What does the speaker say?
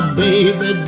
baby